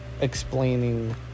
explaining